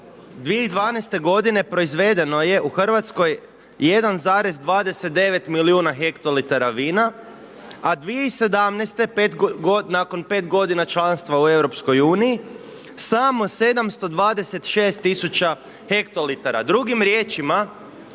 2012. godine proizvedeno je u Hrvatskoj 1,29 milijuna hektolitara vina, a 2017. nakon 5 godina članstva u EU samo 726 000 hektolitara. Drugim riječima